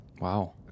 Wow